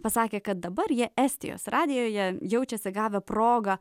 pasakė kad dabar jie estijos radijuje jie jaučiasi gavę progą